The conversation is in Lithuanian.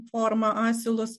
formą asilus